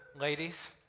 ladies